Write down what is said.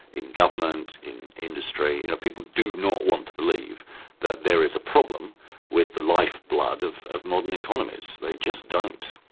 in government, in industry, you know people do not want to believe that there is a problem with the life blood of of modern economies. they just don't.